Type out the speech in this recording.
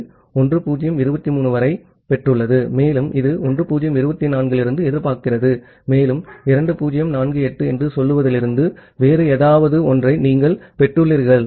இது 1023 வரை பெற்றுள்ளது மேலும் இது 1024 இலிருந்து எதிர்பார்க்கிறது மேலும் 2048 என்று சொல்வதிலிருந்து வேறு ஏதாவது ஒன்றை நீங்கள் பெற்றுள்ளீர்கள்